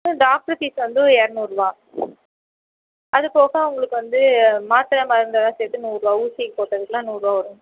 ம் doctor fees வந்து இரநூறுவா அது போக உங்களுக்கு வந்து மாத்திரை மருந்தெல்லாம் சேர்த்து நூறுபா ஊசி போட்டதுக்குலாம் நூறுபா வரும்